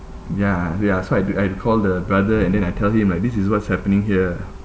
ya ya so I I had to call the brother and then I tell him like this is what's happening here